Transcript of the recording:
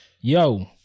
Yo